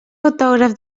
autògraf